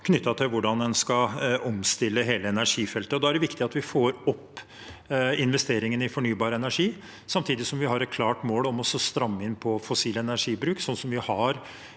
knyttet til hvordan en skal omstille hele energifeltet. Da er det viktig at vi får opp investeringene i fornybar energi, samtidig som vi har et klart mål om å stramme inn på fossil energibruk, slik vi har